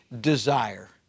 desire